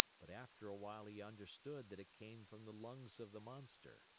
but after a while he understood that it came from the lungs of the monster.